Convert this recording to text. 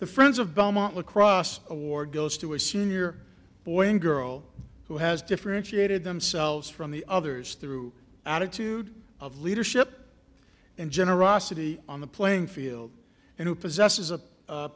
the friends of belmont lacrosse award goes to a senior boy and girl who has differentiated themselves from the others through attitude of leadership and generosity on the playing field and who possesses